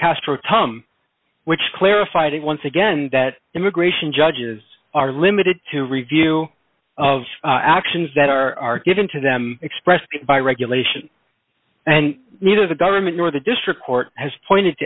castro tom which clarified once again that immigration judges are limited to review of actions that are given to them expressed by regulation and neither the government nor the district court has pointed